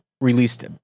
released